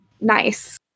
nice